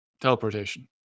Teleportation